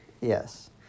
yes